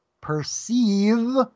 perceive